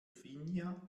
finja